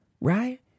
Right